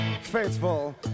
faithful